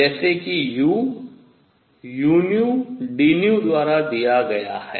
जैसे कि U udν द्वारा दिया गया है